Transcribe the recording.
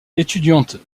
étudiante